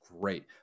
great